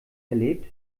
erlebt